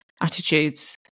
attitudes